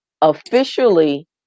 officially